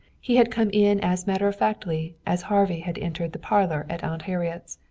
he had come in as matter-of-factly as harvey had entered the parlor at aunt harriet's,